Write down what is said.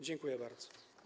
Dziękuję bardzo.